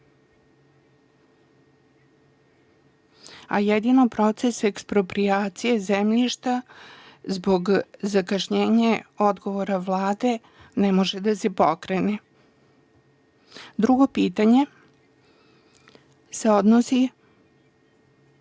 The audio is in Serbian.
Jedino proces eksproprijacije zemljišta zbog zakašnjenja odgovora Vlade ne može da se pokrene. Drugo pitanje se odnosi